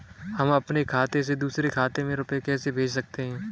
हम अपने खाते से दूसरे के खाते में रुपये कैसे भेज सकते हैं?